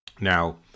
Now